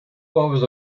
hours